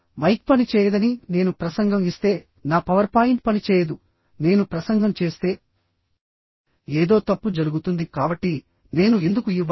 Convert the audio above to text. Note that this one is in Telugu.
మైక్ పనిచేయదని నేను ప్రసంగం ఇస్తే నా పవర్ పాయింట్ పనిచేయదు నేను ప్రసంగం చేస్తే ఏదో తప్పు జరుగుతుంది కాబట్టి నేను ఎందుకు ఇవ్వాలి